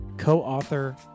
co-author